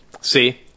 See